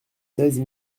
seize